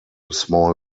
small